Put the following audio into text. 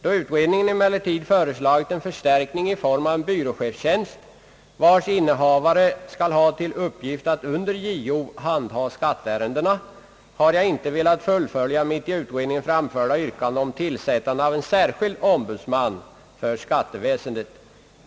Då utredningen emellertid föreslagit en förstärkning i form av en byråchefstjänst, vars innehavare skall ha till uppgift att under JO handha skatteärendena, har jag inte velat fullfölja mitt i utredningen framförda yrkande om tillsättande av en särskild ombudsman för skatteväsendet.